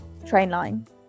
Trainline